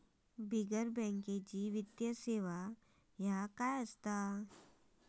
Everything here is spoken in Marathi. बिगर बँकेची वित्तीय सेवा ह्या काय असा?